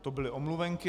To byly omluvenky.